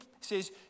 says